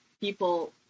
people